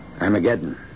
Armageddon